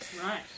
Right